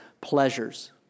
Pleasures